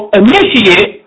initiate